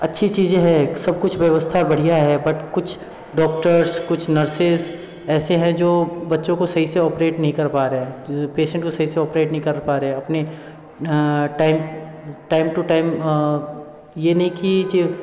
अच्छी चीज़ें है सब कुछ व्यवस्था बढ़िया है बट कुछ डॉक्टर्स कुछ नर्सेस ऐसे हैं जो बच्चों को सही से ऑपरेट नहीं कर पा रहे हैं तो जो पेसेंट को सही से ऑपरेट नहीं कर पा रहे अपने टाइम टाइम टू टाइम ये नहीं की